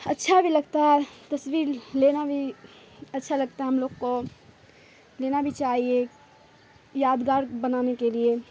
اچھا بھی لگتا ہے تصویر لینا بھی اچھا لگتا ہے ہم لوگ کو لینا بھی چاہیے یادگار بنانے کے لیے